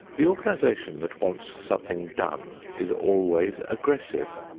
the organization that wants something done is always aggressive.